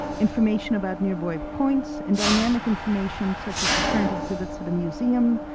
information about nearby points and dynamic information such as the current exhibits at a museum,